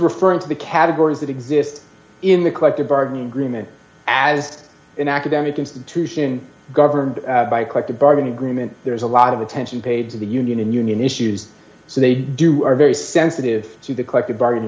referring to the categories that exist in the collective bargaining agreement as an academic institution governed by a collective bargaining agreement there is a lot of attention paid to the union in union issues so they do are very sensitive to the collective bargaining